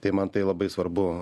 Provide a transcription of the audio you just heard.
tai man tai labai svarbu